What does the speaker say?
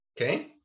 Okay